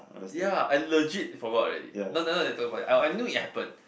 ya I legit forgot already now now now that we talking about it I'll I knew it happen